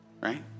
right